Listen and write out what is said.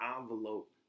envelope